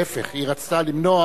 להיפך, היא רצתה למנוע,